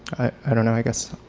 i don't know, i guess